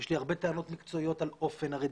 יש לי הרבה טענות מקצועיות על אופן הרדיפה,